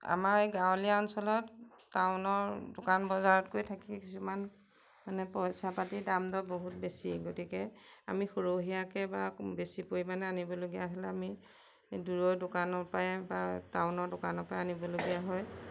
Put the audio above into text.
আমাৰ এই গাঁৱলীয়া অঞ্চলত টাউনৰ দোকান বজাৰতকৈ থাকি কিছুমান মানে পইচা পাতিৰ দাম দ বহুত বেছি গতিকে আমি সৰহীয়াকৈ বা বেছি পৰিমাণে আনিবলগীয়া হ'লে আমি দূৰৈ দোকানৰপৰাই বা টাউনৰ দোকানৰপৰাই আনিবলগীয়া হয়